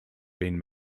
been